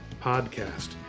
podcast